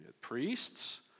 Priests